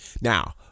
Now